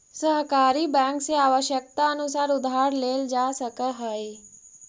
सहकारी बैंक से आवश्यकतानुसार उधार लेल जा सकऽ हइ